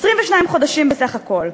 22 חודשים בסך הכול.